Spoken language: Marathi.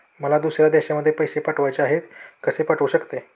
मला दुसऱ्या देशामध्ये पैसे पाठवायचे आहेत कसे पाठवू शकते?